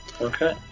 Okay